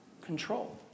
control